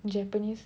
Japanese